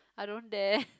I don't dare